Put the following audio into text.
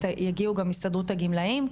יגיעו גם הסתדרות הגמלאים,